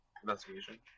Investigation